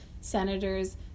senators